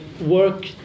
work